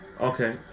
Okay